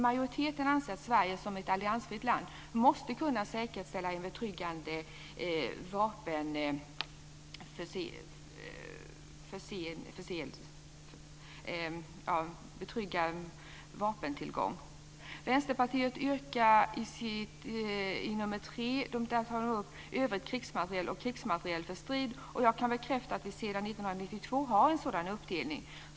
Majoriteten anser att Sverige som ett alliansfritt land måste kunna säkerställa en betryggande tillgång till vapen. I sitt tredje yrkande tar Vänsterpartiet upp övrig krigsmateriel och krigsmateriel för strid. Jag kan bekräfta att vi sedan 1992 har en sådan uppdelning.